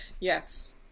yes